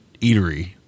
eatery